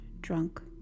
drunk